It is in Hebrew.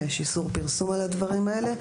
יש איסור פרסום על הדברים האלה.